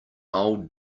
old